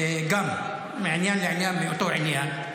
גם מעניין לעניין באותו עניין,